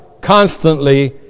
constantly